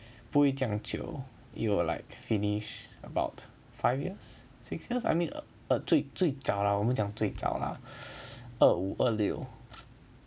不会这样久 it will like finish about five years six years I mean err 最最早我们讲最早 lah 二五二六